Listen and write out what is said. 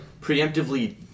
preemptively